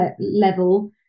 level